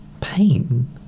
pain